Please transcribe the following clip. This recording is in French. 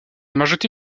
majorité